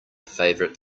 favorite